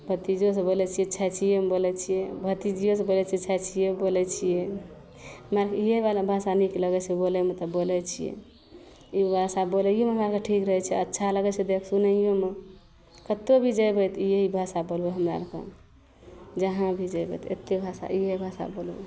भतीजोसे बोलै छी छै छिएमे बोलै छिए भतीजिओसे बोलै छिए छै छिएमे बोलै छिए मैथलिएवला भाषा नीक लगै छै बोलैमे तऽ बोलै छिए ई भाषा बोलैओमे हमरा आओरके ठीक रहै छै अच्छा लगै छै जे सुनैओमे कतहु भी जएबै तऽ ई ई भाषा बोलबै हमरा आओरके जहाँ भी जएबै तऽ एक्के भाषा इएह भाषा बोलबै